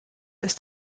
ist